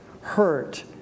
hurt